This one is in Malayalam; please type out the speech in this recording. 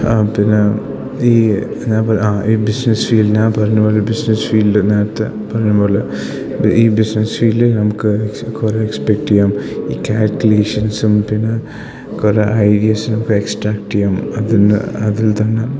പിന്നെ ഈ ഞാൻ പറഞ്ഞ ആ ഈ ബിസിനസ്സ് ഫീൽഡ് ഞാൻ പറഞ്ഞത് പോലെ ബിസിനസ് ഫീൽഡ് നേരത്തെ പറഞ്ഞത് പോലെ ഈ ബിസിനസ് ഫീൽഡിൽ നമുക്ക് കുറേ എക്സ്പെക്റ്റ് ചെയ്യാം ഈ കാൽക്കുലേഷൻസും പിന്നെ കുറേ ഐഡിയാസ് നമുക്ക് എക്സ്ട്രാക്റ്റ് ചെയ്യാം അതി നിന്ന് അതിൽ തന്നെ